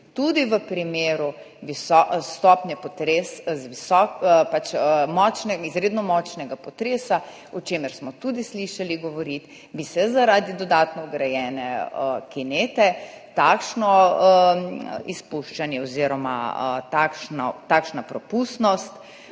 Tudi v primeru visoke stopnje potresa, izredno močnega potresa, o čemer smo tudi slišali govoriti, bi se zaradi dodatno vgrajene kinete ugotovilo takšno izpuščanje oziroma takšna propustnost.